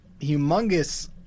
humongous